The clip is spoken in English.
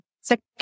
Second